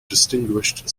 distinguished